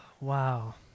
wow